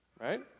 right